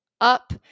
up